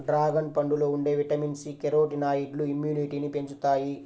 dragon పండులో ఉండే vitamin C, కెరోటినాయిడ్లు ఇమ్యునిటీని పెంచుతాయి